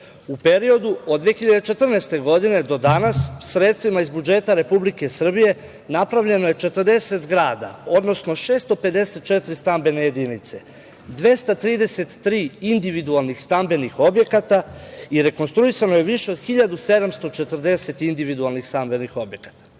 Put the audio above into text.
periodu od 2014. godine do danas sredstvima iz budžeta Republike Srbije napravljeno je 40 zgrada, odnosno 654 stambene jedince, 233 individualnih stambenih objekata i rekonstruisano je više od 1.740 individualnih stambenih objekata. Kada